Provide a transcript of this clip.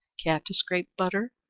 cat to scrape butter,